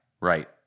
Right